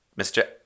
Mr